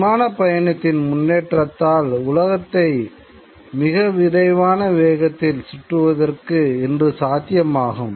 விமான பயணத்தின் முன்னேற்றத்தால் உலகத்தை மிக விரைவான வேகத்தில் சுற்றுவதற்கு இன்று சாத்தியமாகும்